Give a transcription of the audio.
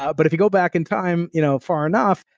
but but if you go back in time you know far enough,